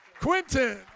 Quinton